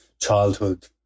childhood